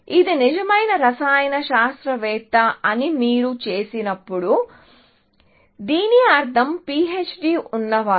ఇది నిజమైన రసాయన శాస్త్రవేత్త అని మీరు చెప్పినప్పుడు దీని అర్థం PHD ఉన్నవారు